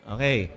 Okay